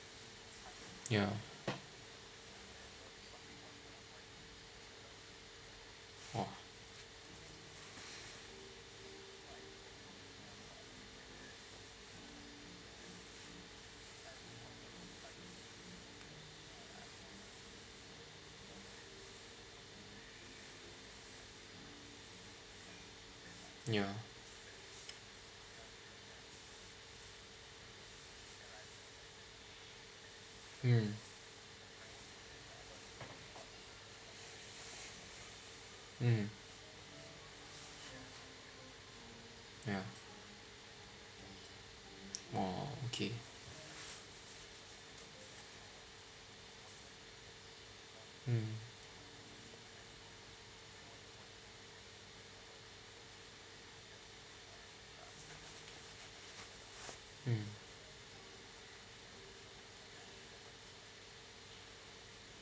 ya !wah! ya mm mm yeah okay mm mm